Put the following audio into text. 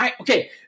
Okay